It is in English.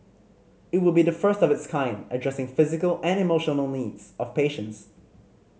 it would be the first of its kind addressing physical and emotional needs of patients